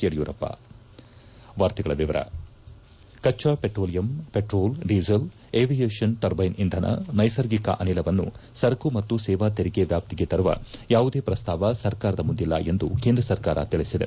ಯಡಿಯೂರಪ್ಪ ಮುಖ್ಯಾಂಶ ಕಚ್ಚಾ petroleum petrol diesel aviation turbine ಇಂಧನ ನೈಸರ್ಗಿಕ ಅನಿಲವನ್ನು ಸರಕು ಮತ್ತು ಸೇವಾ ತೆರಿಗೆ ವ್ಯಾಪ್ತಿಗೆ ತರುವ ಯಾವುದೇ ಪ್ರಸ್ತಾವ ಸರ್ಕಾರದ ಮುಂದಿಲ್ಲ ಎಂದು ಕೇಂದ್ರ ಸರ್ಕಾರ ತಿಳಿಸಿದೆ